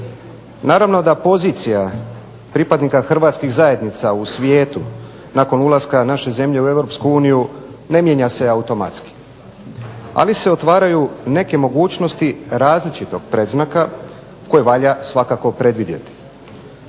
Naravno da pozicija pripadnika hrvatskih zajednica u svijetu nakon ulaska naše zemlje u Europsku uniju ne mijenja se automatski, ali se otvaraju neke mogućnosti različitog predznaka koje valja svakako predvidjeti.